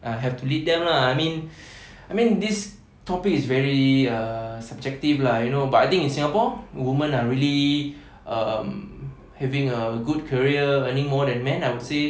uh have to lead them lah I mean I mean this topic is very err subjective lah you know but I think in singapore women are really um having a good career earning more than man I would say